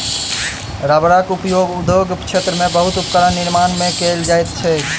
रबड़क उपयोग उद्योग क्षेत्र में बहुत उपकरणक निर्माण में कयल जाइत अछि